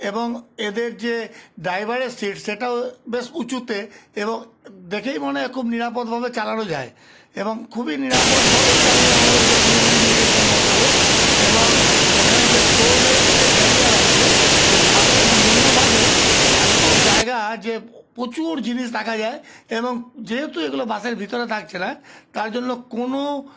এবং এদের যে ড্রাইভারের সীট সেটাও বেশ উঁচুতে এবং দেখেই মনে হয় খুব নিরাপদভাবে চালানো যায় এবং খুবই নিরাপদভাবেই চালিয়ে আমাদেরকে শিলিগুড়ি নিয়ে গেছেন ভদ্রলোক এবং এখানে যে স্টোরের যে ক্যারিয়ার আছে যে বাসের নিম্নভাগে এত জায়গা যে প্রচুর জিনিস রাখা যায় এবং যেহেতু এগুলো বাসের ভিতরে থাকছে না তার জন্য কোনো